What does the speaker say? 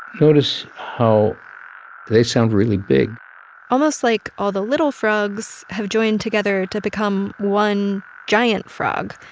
notice how they sound really big almost like all the little frogs have joined together to become one giant frog.